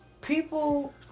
people